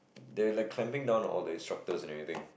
they like clamping down on all the instructors and everything